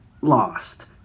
lost